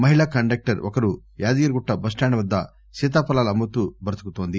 మహిళా కండక్టర్ ఒకరు యాదగిరి గుట్ట బస్టాండ్ వద్ద సీతాఫలాలు అమ్ముతూ బ్రతుకుతోంది